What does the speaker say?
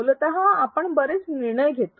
मूलत आपण बरेच निर्णय घेता